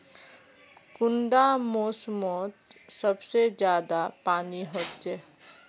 कुंडा मोसमोत सबसे ज्यादा पानी होचे?